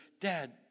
Dad